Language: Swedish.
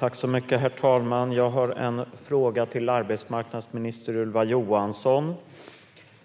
Herr talman! Jag har en fråga till arbetsmarknadsminister Ylva Johansson.